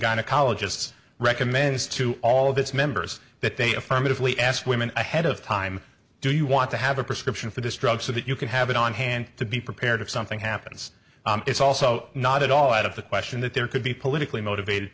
gynecologists recommends to all of its members that they affirmatively ask women ahead of time do you want to have a prescription for this drug so that you can have it on hand to be prepared if something happens it's also not at all out of the question that there could be politically motivated